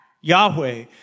Yahweh